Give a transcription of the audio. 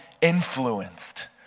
influenced